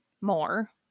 more